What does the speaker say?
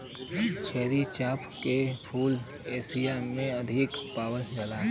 क्षीर चंपा के फूल एशिया में अधिक पावल जाला